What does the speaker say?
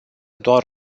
doar